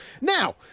Now